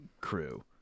crew